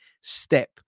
step